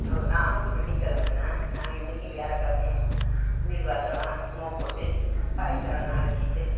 hello நாளைக்கு வெள்ளிக்கெழமன்னா நாங்கள் இன்னைக்கு வியாழக்கெழமையே வீடு வாசல்லாம் மோப் போட்டு பாய் தலகாணிலாம் அலசிட்டு